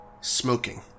smoking